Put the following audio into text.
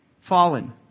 Fallen